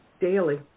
daily